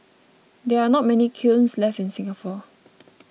there are not many kilns left in Singapore